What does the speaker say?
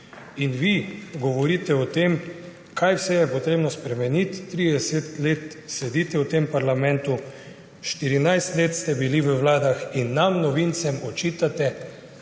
In vi govorite o tem, kaj vse je potrebno spremeniti. 30 let sedite v tem parlamentu, 14 let ste bili v vladah in nam novincem očitate